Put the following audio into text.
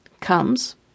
comes